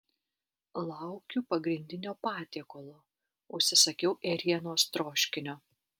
laukiu pagrindinio patiekalo užsisakiau ėrienos troškinio